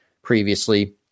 previously